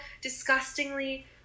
disgustingly